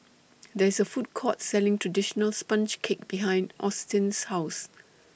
There IS A Food Court Selling Traditional Sponge Cake behind Austyn's House